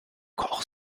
koch